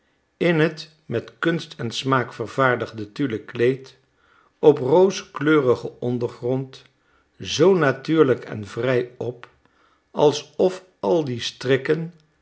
in het met kunst en smaak vervaardigde tullen kleed op rooskleurigen ondergrond zoo natuurlijk en vrij op alsof al die strikken